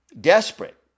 desperate